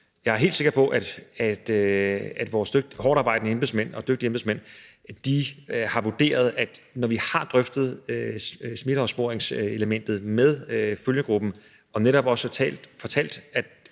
jeg er helt sikker på, at vores hårdtarbejdende og dygtige embedsmænd har vurderet, at når vi har drøftet smitteopsporingselementet med følgegruppen og netop også fortalt, at